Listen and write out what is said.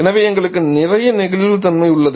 எனவே எங்களுக்கு நிறைய நெகிழ்வுத்தன்மை உள்ளது